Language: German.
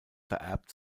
vererbt